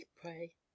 pray